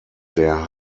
der